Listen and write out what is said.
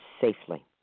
safely